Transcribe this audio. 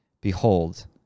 Behold